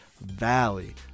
Valley